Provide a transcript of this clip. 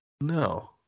no